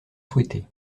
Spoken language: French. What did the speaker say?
souhaiter